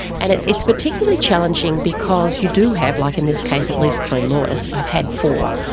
and it's it's particularly challenging because you do have, like in this case, at least three lawyers. i've had four.